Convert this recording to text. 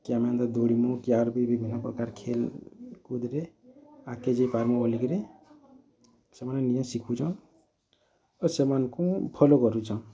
କି ଆମେ ଏନ୍ତା ଦୌଡ଼ିବୁ କି ଇଆର ବିଭିନ୍ନ ପ୍ରକାର ଖେଲ୍ କୁଦ୍ ରେ ଆଗ୍ କେ ଯାଇ ପାର୍ମୁଁ ବୋଲି କିରି ସେମାନେ ନିଜେ ଶିଖୁଛନ୍ ଆଉ ସେମାନଙ୍କୁ ଫଲୋ କରୁଛନ୍